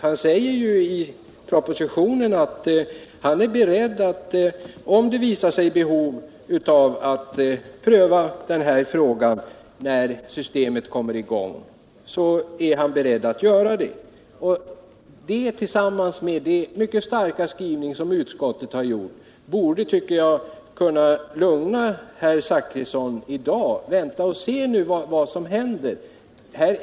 Han säger ju i propositionen att om det visar sig föreligga behov av att pröva den här frågan, när systemet kommer i gång, så är han beredd att göra det. Detta tillsammans med den mycket starka skrivning som utskottet har gjort borde kunna lugna Bertil Zachrisson i dag. Vänta och se vad som händer!